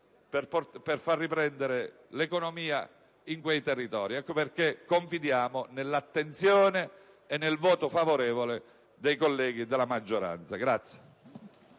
per riavviare l'economia di quei territori. Ecco perché confidiamo nell'attenzione e nel voto favorevole dei colleghi della maggioranza.